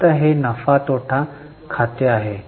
आता हे नफा तोटा खाते आहे